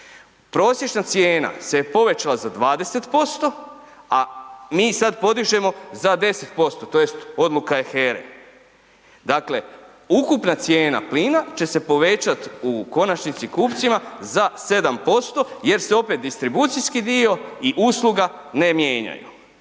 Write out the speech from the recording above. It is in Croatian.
Prosječna cijena se povećala za 20%, a mi sad podižemo za 10% tj. odluka je HERE. Dakle, ukupna cijena plina će se povećat u konačnici za 7% jer se opet distribucijski dio i usluga ne mijenjaju